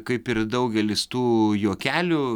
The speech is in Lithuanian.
kaip ir daugelis tų juokelių